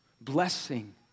blessing